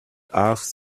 asked